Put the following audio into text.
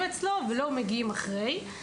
אצלו ולאו דווקא כשמגיעים לדווח רק אחרי.